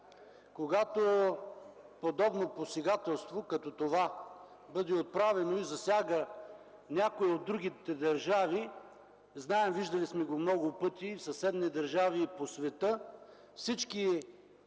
Когато подобно посегателство, като това, бъде отправено и засяга някоя от другите държави, знаем, виждали сме го много пъти в съседни държави и по света, всички